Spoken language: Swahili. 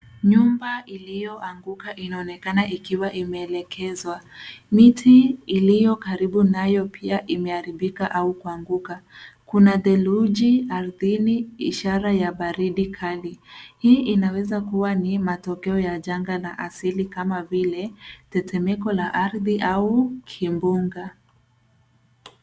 Nyumba ilioanguka inaonekana ikiwa imeelekezwa. Miti iliyo karibu nayo pia imeharibika au kuanguka. Kuna theluji ardhini ishara ya baridi kali. Hii inaweza kuwa ni matokeo ya janga la asili kama vile tetemeko la ardhi au kimbuga.